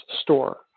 store